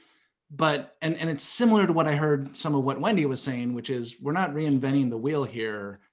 but and and it's similar to what i heard some of what wendy was saying which is, we're not reinventing the wheel here.